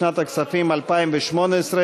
לשנת הכספים 2018,